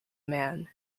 man